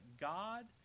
God